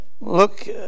Look